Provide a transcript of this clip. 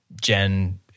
Jen